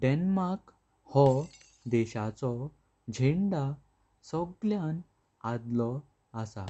Denmark गो देशाचो झेंडा सगळ्यान आडलो आसा।